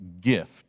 gift